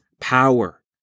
power